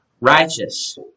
righteous